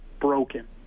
broken